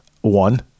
one